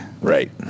Right